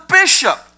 bishop